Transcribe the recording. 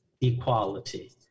equality